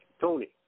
Tony